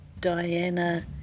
Diana